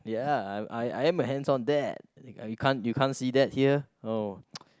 ya I I am a hands on dad you can't you can't see that here oh